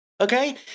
Okay